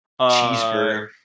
cheeseburger